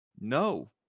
no